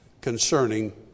concerning